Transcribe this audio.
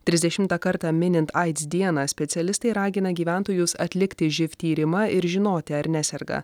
trisdešimtą kartą minint aids dieną specialistai ragina gyventojus atlikti živ tyrimą ir žinoti ar neserga